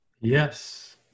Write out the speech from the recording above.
Yes